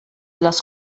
les